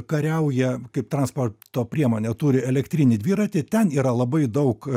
kariauja kaip transporto priemonę turi elektrinį dviratį ten yra labai daug